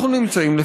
אנחנו נמצאים,